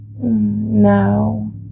No